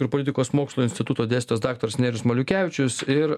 ir politikos mokslų instituto dėstytojas daktaras nerijus maliukevičius ir